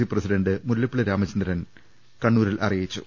C president Mullappally Ramachandran കണ്ണൂരിൽ അറിയിച്ചു